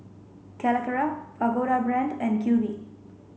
Calacara Pagoda Brand and Q V